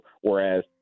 whereas